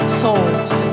souls